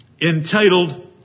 entitled